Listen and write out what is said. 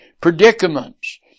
predicaments